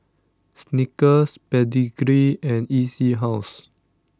Snickers Pedigree and E C House